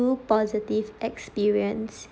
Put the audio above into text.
positive experience